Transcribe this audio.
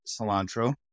cilantro